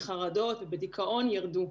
בחרדות ובדיכאון ירדו.